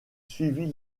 suivit